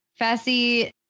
Fessy